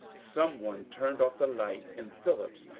some one turned off the light, and phillips,